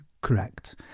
correct